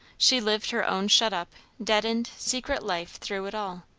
she lived her own shut-up, deadened, secret life through it all,